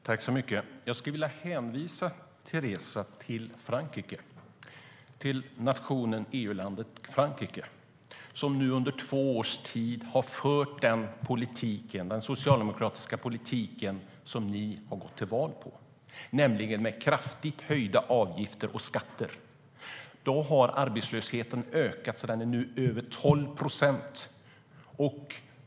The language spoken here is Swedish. Där har arbetslösheten ökat så att den nu är över 12 procent.